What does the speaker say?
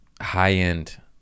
high-end